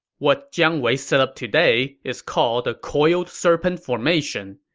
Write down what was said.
what jiang wei set up today is called the coiled serpent formation.